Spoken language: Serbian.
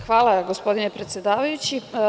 Hvala, gospodine predsedavajući.